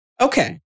Okay